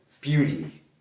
beauty